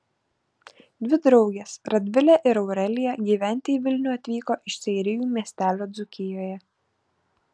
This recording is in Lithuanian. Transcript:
dvi draugės radvilė ir aurelija gyventi į vilnių atvyko iš seirijų miestelio dzūkijoje